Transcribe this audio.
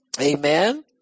Amen